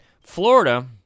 Florida